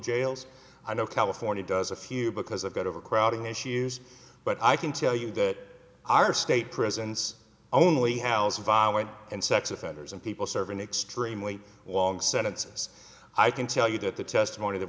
jails i know california does a few because i've got overcrowding issues but i can tell you that our state prisons only house violent and sex offenders and people serve an extremely long sentences i can tell you that the testimony that